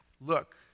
look